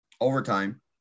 overtime